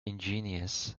ingenious